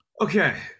Okay